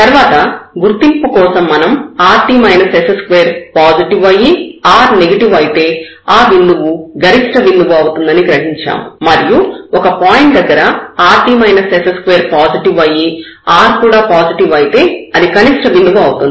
తర్వాత గుర్తింపు కోసం మనం rt s2 పాజిటివ్ అయ్యి r నెగెటివ్ అయితే ఆ బిందువు గరిష్ట బిందువు అవుతుందని గ్రహించాము మరియు ఒక పాయింట్ దగ్గర rt s2 పాజిటివ్ అయ్యి r కూడా పాజిటివ్ అయితే అది కనిష్ట బిందువు అవుతుంది